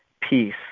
peace